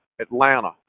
Atlanta